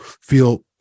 feel